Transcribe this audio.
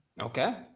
Okay